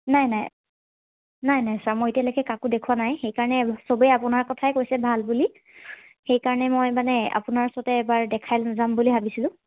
নাই নাই নাই নাই ছাৰ মই এতিয়ালৈকে কাকো দেখুওৱা নাই সেইকাৰণে সবেই আপোনাৰ কথাই কৈছে ভাল বুলি সেইকাৰণে মই মানে আপোনাৰ ওচৰতে এবাৰ দেখাই যাম বুলি ভাবিছিলোঁ